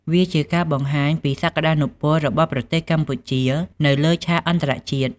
វាជាការបង្ហាញពីសក្តានុពលរបស់ប្រទេសកម្ពុជានៅលើឆាកអន្តរជាតិ។